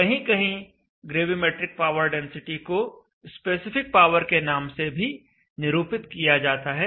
कहीं कहीं gravimetric power density को स्पेसिफिक पावर के नाम से भी निरूपित किया जाता है